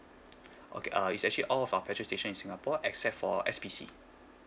okay uh is actually all of our petrol station in singapore except for S_P_C